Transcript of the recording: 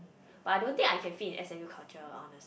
but I don't think I can fit in S_M_U culture honest